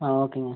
on ஓகேங்கமா